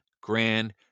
grand